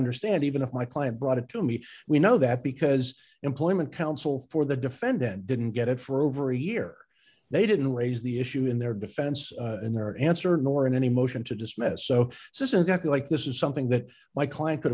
understand even if my client brought it to me we know that because employment counsel for the defendant didn't get it for over a year they didn't raise the issue in their defense in their answer nor in any motion to dismiss so this isn't exactly like this is something that my client could